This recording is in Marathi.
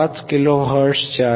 5 किलो हर्ट्झच्या 1